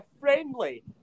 Friendly